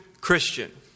Christian